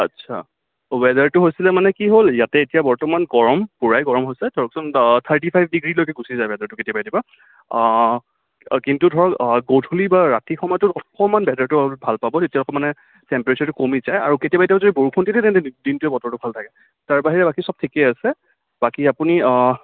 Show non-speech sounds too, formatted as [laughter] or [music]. আচ্ছা ৱেডাৰটো হৈছিলে মানে কি হ'ল ইয়াতে এতিয়া বৰ্তমান গৰম পূৰাই গৰম হৈছে [unintelligible] থাৰ্টি ফাইভ ডিগ্ৰীলৈকে গুচি যায় ৱেডাৰটো কেতিয়াবা কেতিয়াবা কিন্তু ধৰক গধূলি বা ৰাতি সময়টোত অকণমান ৱেডাৰটো ভাল পাব তেতিয়া তাৰমানে টেমপ্ৰেচাৰটো কমি যায় আৰু কেতিয়াবা কেতিয়াবা যদি বৰষুণ দি থাকে তেতিয়া দি দিনটোৱে বতৰটো ভাল থাকে তাৰ বাহিৰে বাকী সব ঠিকে আছে বাকী আপুনি